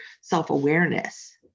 self-awareness